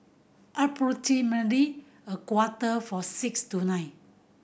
approximatly a quarter for six tonight